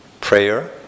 Prayer